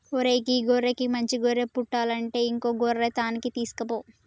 ఓరై గీ గొర్రెకి మంచి గొర్రె పుట్టలంటే ఇంకో గొర్రె తాన్కి తీసుకుపో